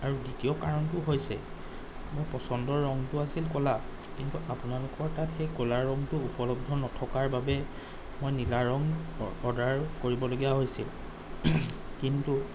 আৰু দ্বিতীয় কাৰণটো হৈছে মোৰ পছন্দৰ ৰঙটো আছিল ক'লা কিন্তু আপোনালোকৰ তাত সেই ক'লা ৰঙটো উপলব্ধ নথকাৰ বাবে মই নীলা ৰঙ অৰ্ডাৰ কৰিবলগীয়া হৈছিল কিন্তু